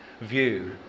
view